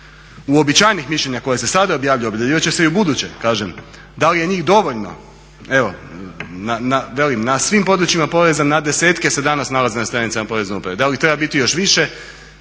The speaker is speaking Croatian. uobičajenih mišljenja koja se sada objavljuju objavljivat će i ubuduće, da li je njih dovoljno, evo velim na svim područjima poreza na desetke se danas nalazi na stranicama porezne uprave. Da li treba biti još više